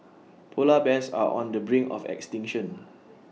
Polar Bears are on the brink of extinction